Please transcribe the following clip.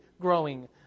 growing